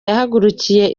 yahagurukiye